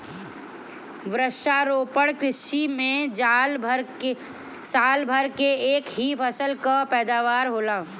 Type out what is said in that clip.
वृक्षारोपण कृषि में साल भर में एक ही फसल कअ पैदावार होला